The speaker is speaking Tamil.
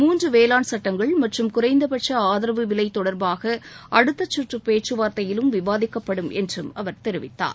மூன்று வேளாண் சுட்டங்கள் மற்றும் குறைந்தபட்ச ஆதரவு விலை தொடர்பாக அடுத்தச்சுற்று பேச்சுவார்த்தையிலும் விவாதிக்கப்படும் என்றும் அவர் தெரிவித்தார்